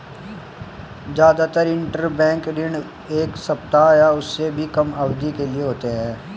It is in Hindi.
जादातर इन्टरबैंक ऋण एक सप्ताह या उससे भी कम अवधि के लिए होते हैं